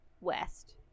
west